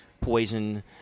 Poison